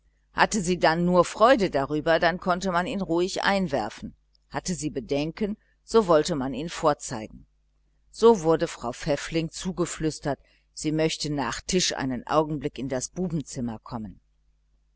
hatte sie dann nur freude darüber dann konnte man ihn ruhig einwerfen hatte sie bedenken so konnte man ihn vorzeigen so wurde frau pfäffling zugeflüstert sie möchte nach tisch einen augenblick in das bubenzimmer kommen